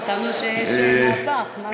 חשבנו שיש מהפך, משהו.